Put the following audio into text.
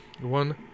One